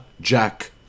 Jack